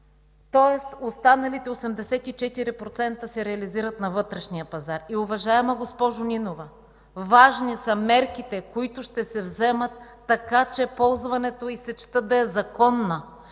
Останалите 84% се реализират на вътрешния пазар. Уважаема госпожо Нинова, важни са мерките, които ще се вземат, така че ползването и сечта да са законни.